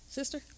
sister